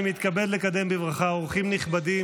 אני מתכבד לקדם בברכה אורחים נכבדים,